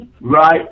right